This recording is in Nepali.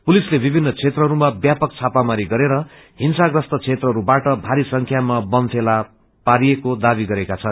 पुलिसले विभिन्न क्षेत्रहरूमा व्यापक छपामारी गरेर हिंसाव्रस्त क्षेत्रहरूबाट भारी संख्यामा बम फेला पारिएको दावी गरेको छन्